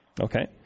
Okay